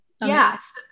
Yes